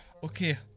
Okay